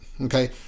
Okay